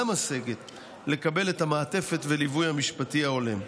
משגת לקבל את המעטפת והליווי המשפטי ההולם.